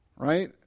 right